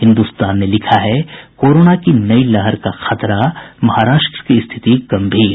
हिन्दुस्तान ने लिखा है कोरोना की नई लहर का खतरा महाराष्ट्र की स्थिति गम्भीर